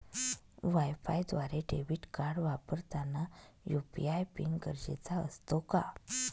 वायफायद्वारे debit card वापरताना UPI PIN गरजेचा असतो का?